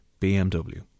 BMW